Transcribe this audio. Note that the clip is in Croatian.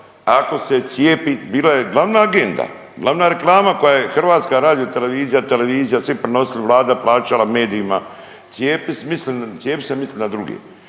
Ako se cijepi, bila je glavna agenda, glavna reklama koju je Hrvatska radiotelevizija, televizija, svi prenosili, Vlada plaćala medija cijepi se, misli na druge